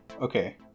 okay